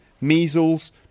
measles